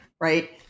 right